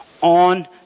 on